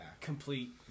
complete